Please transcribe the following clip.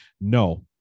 No